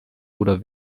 oder